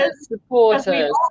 supporters